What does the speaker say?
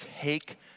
take